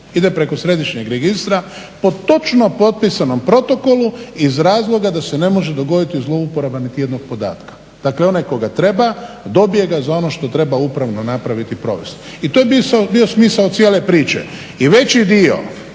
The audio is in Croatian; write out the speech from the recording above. ide preko središnjeg registra po točno propisanom protokolu iz razloga da se ne može dogoditi zlouporaba niti jednog podatka. Dakle onaj tko ga treba dobije ga za ono što treba upravno napraviti i provesti. I to je bio smisao cijele priče. I veći dio